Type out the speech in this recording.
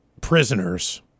prisoners